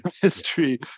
history